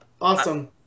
Awesome